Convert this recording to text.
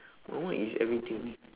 my one is everything